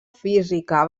física